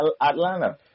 Atlanta